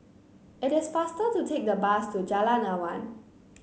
it is faster to take the bus to Jalan Awan